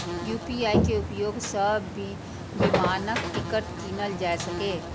UPI के उपयोग सं विमानक टिकट कीनल जा सकैए